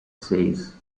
says